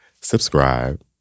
Subscribe